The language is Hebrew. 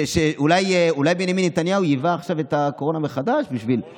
אולי בנימין נתניהו ייבא עכשיו את הקורונה מחדש בשביל